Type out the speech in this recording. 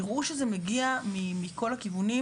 יראו שזה מגיע מכל הכיוונים,